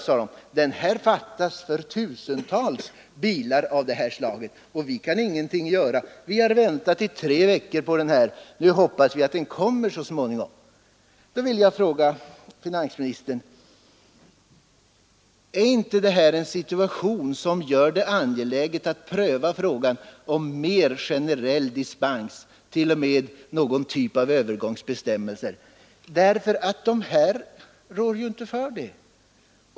— Nej då, den vajern fattas för tusentals bilar av det här märket, och vi kan ingenting göra. Vi har väntat i tre veckor på vajern. Nu hoppas vi att den kommer så småningom. Nu vill jag fråga finansministern: Är inte detta en situation som gör det angeläget att pröva frågan om mer generell dispens, t.o.m. någon typ av övergångsbestämmelser? De berörda bilägarna rår ju inte för det här dröjsmålet.